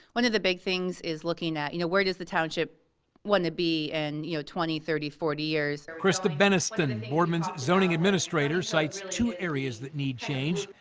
one of the big things is looking at you know where does the township want to be in and you know twenty, thirty, forty years. krista beniston and boardman's zoning administrator sites two area's that need changed.